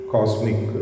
Cosmic